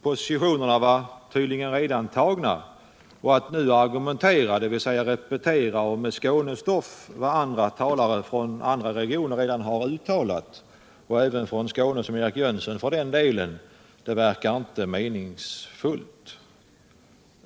Positionerna var tydligen redan intagna, och att nu argumentera, dvs. repetera med Skånestoff vad talare från andra regioner redan uttalat eller för den delen anknyta till vad talare från Skåne som Eric Jönsson sagt, verkar inte meningsfullt.